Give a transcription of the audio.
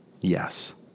Yes